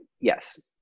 yes